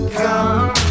come